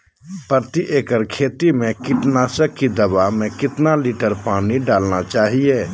प्रति एकड़ खेती में कीटनाशक की दवा में कितना लीटर पानी डालना चाइए?